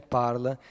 parla